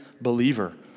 believer